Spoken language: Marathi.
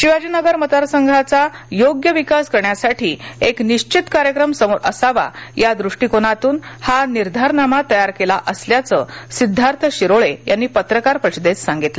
शिवाजीनगर मतदारसंघाचा योग्य विकास करण्यासाठी एक निश्चित कार्यक्रम समोर असावा या दृष्टिकोणातून हा निर्धारनामा तयार केला असल्याचं सिद्धार्थ शिरोळे यांनी पत्रकार परिषदेत सांगितलं